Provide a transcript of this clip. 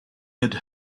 had